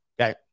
Okay